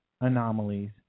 anomalies